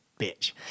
bitch